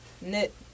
Knit